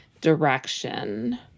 direction